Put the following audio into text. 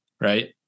right